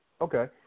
Okay